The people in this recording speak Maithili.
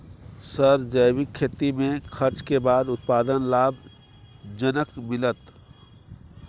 सर जैविक खेती में खर्च के बाद उत्पादन लाभ जनक मिलत?